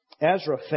Ezra